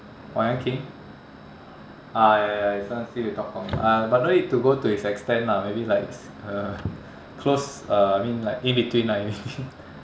wayang king ah ya ya ya this one sibeh tok gong uh but don't need to go to his extent lah maybe like uh close uh I mean like in between lah in between